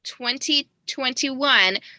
2021